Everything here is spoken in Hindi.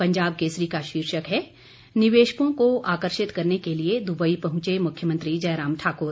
पंजाब केसरी का शीर्षक है निवेशकों को आकर्षित करने के लिए दुबई पहुंचे मुख्यमंत्री जयराम ठाकुर